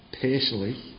personally